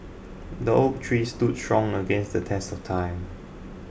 the oak tree stood strong against the test of time